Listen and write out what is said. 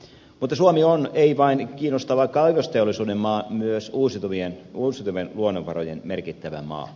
mutta suomi on ei vain kiinnostava kaivosteollisuuden maa vaan myös uusiutuvien luonnonvarojen merkittävä maa